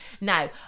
Now